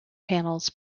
panels